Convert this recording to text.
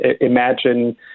imagine